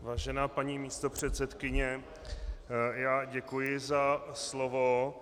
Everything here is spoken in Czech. Vážená paní místopředsedkyně, děkuji za slovo.